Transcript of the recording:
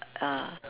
err